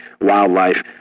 wildlife